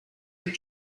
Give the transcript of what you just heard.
and